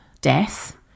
death